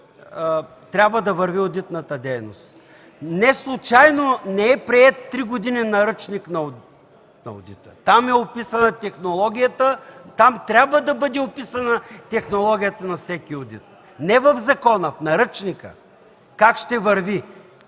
трябва да върви одитната дейност. Неслучайно три години не е приет наръчник на одита. Там е описана технологията. Там трябва да бъде описана технологията на всеки одит – не в закона, а в наръчника – как ще върви